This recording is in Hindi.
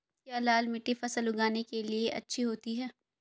क्या लाल मिट्टी फसल उगाने के लिए अच्छी होती है?